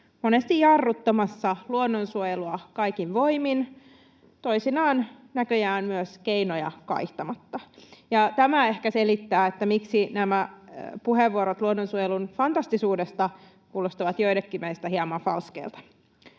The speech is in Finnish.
monesti jarruttamassa luonnonsuojelua kaikin voimin, toisinaan näköjään myös keinoja kaihtamatta. Tämä ehkä selittää, miksi nämä puheenvuorot luonnonsuojelun fantastisuudesta kuulostavat joillekin meistä hieman falskeilta.